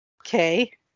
Okay